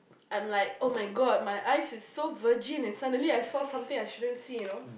I'm like oh-my-God my eyes is so virgin and suddenly I saw something I shouldn't see you know